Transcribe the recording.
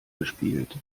gespielt